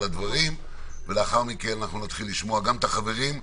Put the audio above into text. ונשמע גם את החברים.